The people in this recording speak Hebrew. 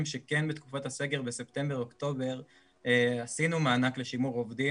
שכן בתקופת הסגר בספטמבר-אוקטובר עשינו מענק לשימור עובדים,